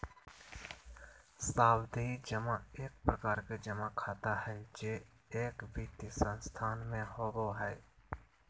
सावधि जमा एक प्रकार के जमा खाता हय जे एक वित्तीय संस्थान में होबय हय